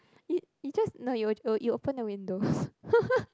you you just no you you open the window